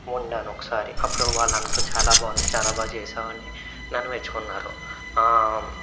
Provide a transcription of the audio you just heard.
వండాను ఒకసారి అప్పుడు వాళ్ళందరూ చాలా బాగుంది చాలా బాగా చేసావని నన్ను మెచ్చుకున్నారు